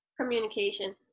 Communication